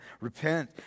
repent